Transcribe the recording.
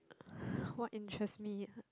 uh what interest me ah